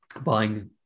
buying